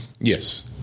Yes